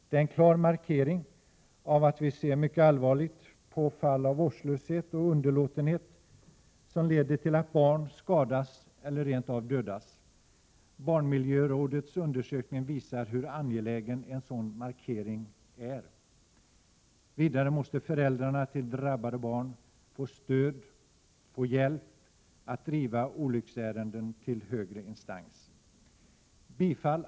Det är en klar markering av att vi ser mycket allvarligt på fall av vårdslöshet och underlåtenhet som leder till att barn skadas eller rent av dödas. Barnmiljörådets undersökning visar hur angelägen en sådan markering är. Vidare måste föräldrar till drabbade barn få stöd och hjälp att driva olycksfallsärenden till högre instans. Herr talman!